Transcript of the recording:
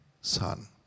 son